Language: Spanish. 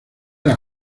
era